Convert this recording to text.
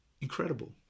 Incredible